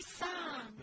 song